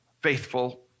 faithful